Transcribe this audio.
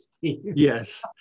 Yes